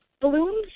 balloons